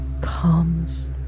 comes